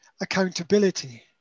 accountability